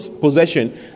possession